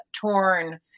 torn